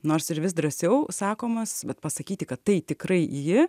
nors ir vis drąsiau sakomas bet pasakyti kad tai tikrai ji